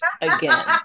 again